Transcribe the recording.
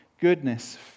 goodness